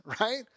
right